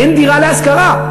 ואין דירה להשכרה.